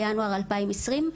בינואר 2020,